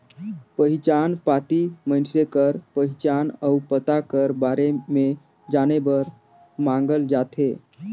पहिचान पाती मइनसे कर पहिचान अउ पता कर बारे में जाने बर मांगल जाथे